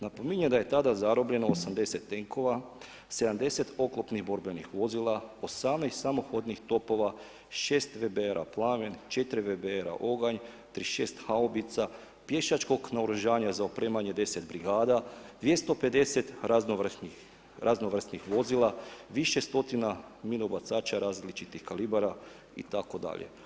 Napominjem da je tada zarobljeno 80 tenkova, 70 oklopnih borbenih vozila, 18 samohodnih topova, 6 wbr-a Plamen, 4 wbr-a Oganj, 36 haubica, pješačkog naoružanja za opremanje 10 brigada, 250 raznovrsnih vozila, više stotina minobacača različitih kalibara itd.